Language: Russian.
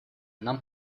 нам